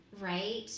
right